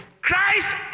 Christ